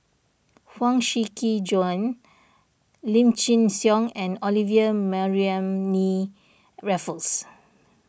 Huang Shiqi Joan Lim Chin Siong and Olivia Mariamne Raffles